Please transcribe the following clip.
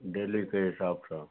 डेलीके हिसाबसँ